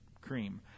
cream